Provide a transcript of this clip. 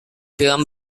film